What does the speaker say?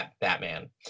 Batman